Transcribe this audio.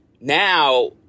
now